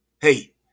Hey